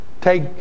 take